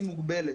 היא מוגבלת.